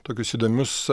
tokius įdomius